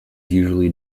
usually